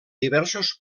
diversos